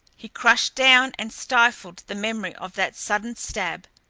he crushed down and stifled the memory of that sudden stab.